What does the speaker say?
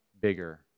bigger